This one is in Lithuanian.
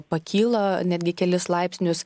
pakyla netgi kelis laipsnius